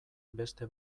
beste